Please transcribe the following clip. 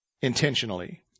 intentionally